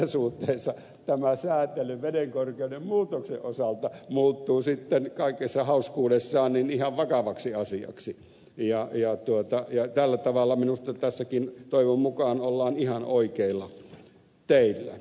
tässä suhteessa tämä säätely vedenkorkeuden muutoksen osalta muuttuu sitten kaikessa hauskuudessaan ihan vakavaksi asiaksi ja tällä tavalla minusta tässäkin toivon mukaan ollaan ihan oikeilla teillä